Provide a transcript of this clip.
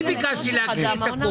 אני ביקשתי להקריא את הכול,